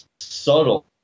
subtle